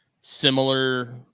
similar